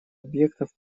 объектов